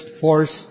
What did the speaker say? force